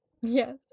Yes